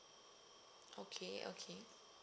okay okay